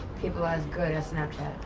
people as good at snapchat.